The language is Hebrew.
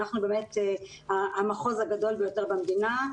אנחנו באמת המחוז הגדול ביותר במדינה,